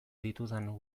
ditudan